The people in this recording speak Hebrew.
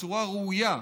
בצורה ראויה,